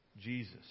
Jesus